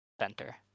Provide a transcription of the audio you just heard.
Center